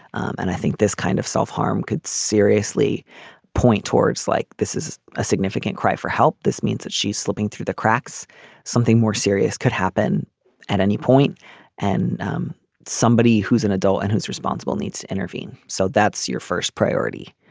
and i think this kind of self-harm could seriously point towards like this is a significant cry for help. this means that she's slipping through the cracks something more serious could happen at any point and um somebody who's an adult and who's responsible needs to intervene. so that's your first priority.